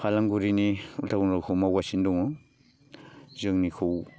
फालांगुरिनि उल्थाखन्दाखौ मावगासिनो दं जोंनिखौ